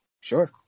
Sure